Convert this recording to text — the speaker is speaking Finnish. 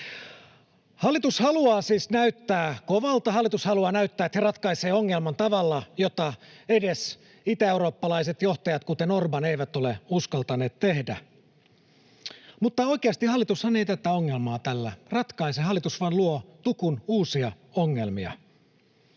Hallitus haluaa siis näyttää kovalta, hallitus haluaa näyttää, että se ratkaisee ongelman tavalla, jota edes itäeurooppalaiset johtajat, kuten Orbán, eivät ole uskaltaneet tehdä. Mutta oikeasti hallitushan ei tätä ongelmaa tällä ratkaise, hallitus vain luo tukun uusia ongelmia.